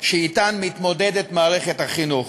שאתן מתמודדת מערכת החינוך.